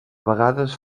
vegades